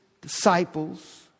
disciples